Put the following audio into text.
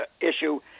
issue